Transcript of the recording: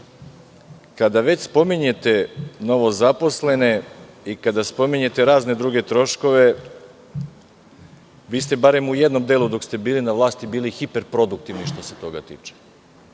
može. Kada već spominjete novozaposlene, i kada spominjete razne druge troškove, vi ste barem u jednom delu dok ste bili na vlasti bili hiper produktivni što se toga tiče.